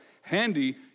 handy